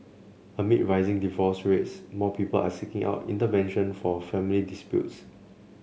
amid rising divorce rates more people are seeking out intervention for family disputes